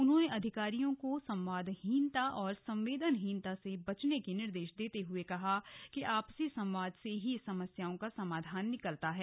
उन्होंने अधिकारियों को संवादहीनता व संवेदनहीनता से बचने के निर्देश देते हुए कहा कि आपसी संवाद से ही समस्याओं का समाधान निकलता है